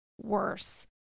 worse